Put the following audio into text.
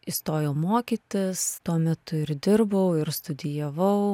įstojau mokytis tuo metu ir dirbau ir studijavau